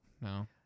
no